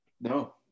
No